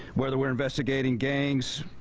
whether we are investigating gangs,